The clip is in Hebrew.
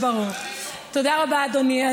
תודה רבה, אדוני.